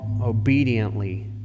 obediently